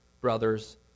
brothers